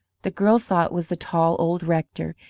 the girls saw it was the tall old rector,